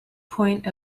point